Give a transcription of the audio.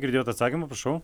girdėjot atsakymą prašau